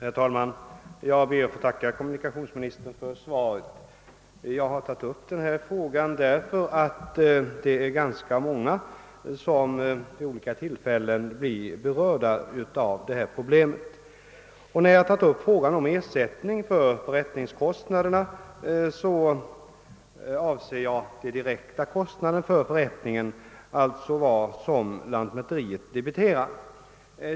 Herr talman! Jag ber att få tacka kommunikationsministern för svaret. Jag har tagit upp denna fråga därför att det är ganska många människor som vid olika tillfällen berörs av detta problem. Vad gäller ersättning för förrättningskostnader avser jag de direkta kostnaderna för förrättningen, alltså vad lantmäteriet debiterar.